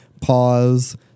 pause